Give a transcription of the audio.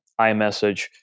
iMessage